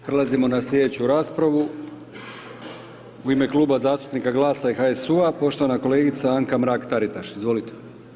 Prelazimo na slijedeću raspravu, u ime Kluba zastupnika GLAS-a i HSU-a, poštovana kolegica Anka Mrak Taritaš, izvolite.